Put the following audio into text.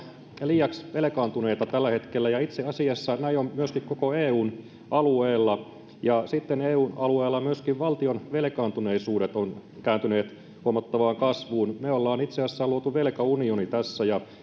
liiaksi velkaantuneita tällä hetkellä ja itse asiassa näin on myöskin koko eun alueella ja eun alueella myöskin valtion velkaantuneisuudet ovat kääntyneet huomattavaan kasvuun me olemme itse asiassa luoneet velkaunionin tässä ja